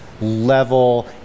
level